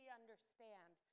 understand